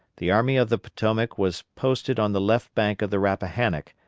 the army of the potomac was posted on the left bank of the rappahannock,